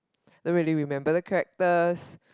don't really remember the characters